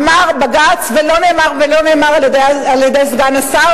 אמר בג"ץ ולא נאמר על-ידי סגן השר,